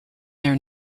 their